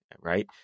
right